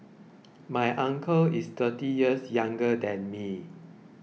my uncle is thirty years younger than me